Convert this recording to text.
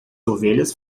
ovelhas